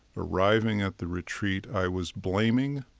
arriving at the retreat, i was blaming.